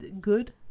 Good